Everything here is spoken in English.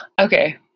Okay